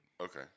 Okay